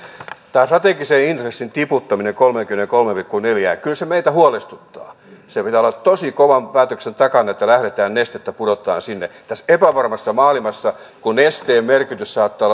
tämä strategisen intressin tiputtaminen kolmeenkymmeneenkolmeen pilkku neljään kyllä se meitä huolestuttaa sen pitää olla tosi kovan päätöksen takana että lähdetään nestettä pudottamaan sinne tässä epävarmassa maailmassa kun nesteen merkitys saattaa